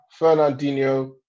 Fernandinho